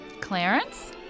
Clarence